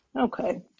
Okay